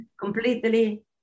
completely